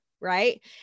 right